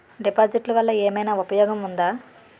డిపాజిట్లు వల్ల ఏమైనా ఉపయోగం ఉందా?